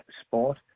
sport